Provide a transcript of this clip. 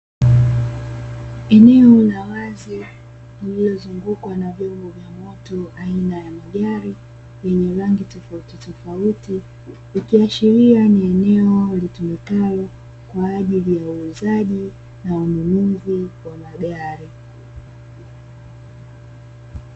Eneo la wazi, lililo zungukwa na vyombo vya moto aina ya Magari, yenye rangi tofautitofauti. Ikiashiria ni eneo litumikalo kwaajili ya uuzaji na ununuzi wa Magari.